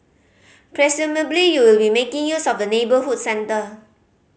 presumably you will be making use of the neighbourhood centre